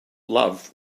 love